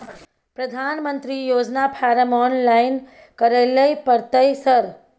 प्रधानमंत्री योजना form online करैले परतै सर?